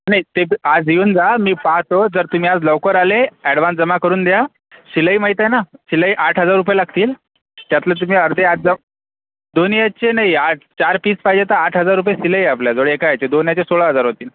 नाही ते आज येऊन जा मी पाहतो जर तुम्ही आज लवकर आले ॲडव्हान्स जमा करून द्या शिलाई माहीत आहे ना शिलाई आठ हजार रुपये लागतील त्यातलं तुम्ही अर्धे आज ज दोन्ही याचे नाही आठ चार पीस पाहिजे तर आज आठ हजार रुपये शिलाई आहे आपल्याजवळ एका याचे दोन याचे सोळा हजार होतील